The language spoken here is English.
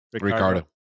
Ricardo